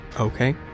Okay